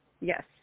Yes